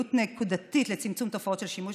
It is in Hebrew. פעילות נקודתית לצמצום תופעות של שימוש